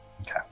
Okay